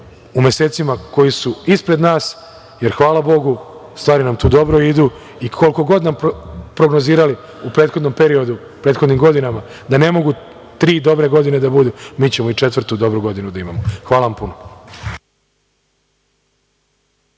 u mesecima koji su ispred nas, jer, hvala bogu, stvari nam tu dobro idu i koliko god nam prognozirali u prethodnom periodu, prethodnim godinama, da ne mogu tri dobre godine da budu, mi ćemo i četvrtu dobru godinu da imamo. Hvala vam puno.